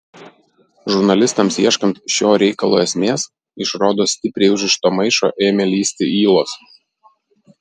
žurnalistams ieškant šio reikalo esmės iš rodos stipriai užrišto maišo ėmė lįsti ylos